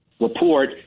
report